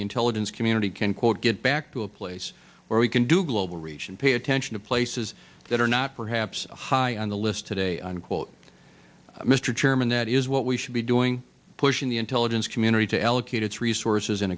the intelligence community can quote get back to a place where we can do global reach and pay attention to places that are not perhaps high on the list today unquote mr chairman that is what we should be doing pushing the intelligence community to allocate its resources in